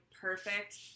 perfect